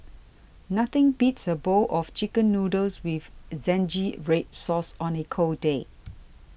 nothing beats a bowl of Chicken Noodles with Zingy Red Sauce on a cold day